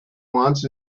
wants